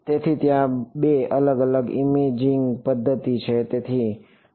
તેથી ત્યાં બે અલગ અલગ ઇમેજિંગ પદ્ધતિઓ છે